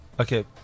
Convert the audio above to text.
Okay